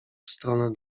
stronę